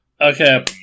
Okay